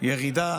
ירידה